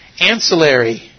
ancillary